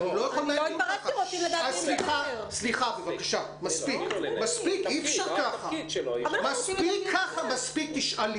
מיכל בן דוד, הממונה על החינוך המיוחד מהסתדרות